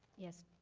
yes?